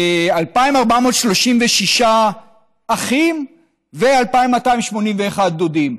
2,436 אחים ו-2,281 דודים.